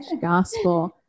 gospel